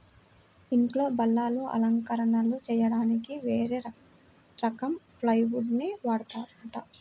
ఇంట్లో బల్లలు, అలంకరణలు చెయ్యడానికి వేరే రకం ప్లైవుడ్ నే వాడతారంట